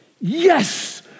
yes